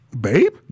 Babe